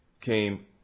came